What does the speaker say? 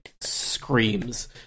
screams